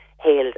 hailed